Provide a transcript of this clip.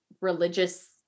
religious